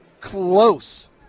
close